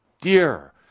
dear